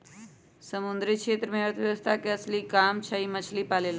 समुद्री क्षेत्र में अर्थव्यवस्था के असली काम हई मछली पालेला